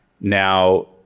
now